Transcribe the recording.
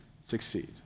succeed